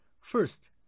First